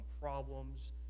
problems